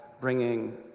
bringing